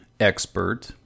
expert